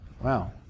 wow